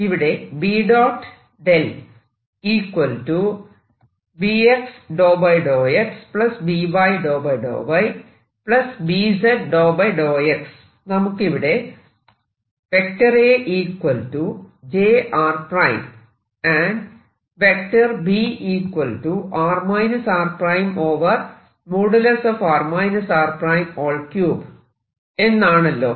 ഇവിടെ നമുക്ക് ഇവിടെ എന്നാണല്ലോ